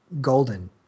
golden